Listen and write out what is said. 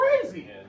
crazy